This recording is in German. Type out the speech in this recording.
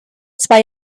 zwei